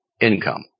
income